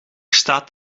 staat